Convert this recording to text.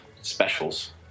specials